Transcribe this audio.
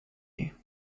you